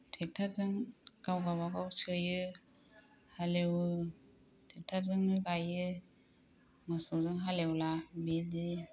ट्रेक्टरजों गाव गावबागाव सोयो हालेवो ट्रेक्टरजोंनो गायो मोसौजों हालेवला बिदि